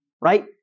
right